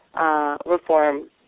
reform